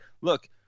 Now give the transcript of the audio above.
Look